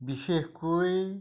বিশেষকৈ